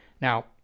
Now